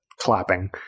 clapping